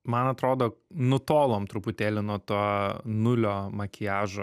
man atrodo nutolom truputėlį nuo to nulio makiažo